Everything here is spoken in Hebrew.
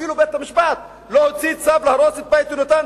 אפילו בית-המשפט לא הוציא צו להרוס את "בית יהונתן".